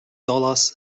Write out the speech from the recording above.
dollars